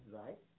right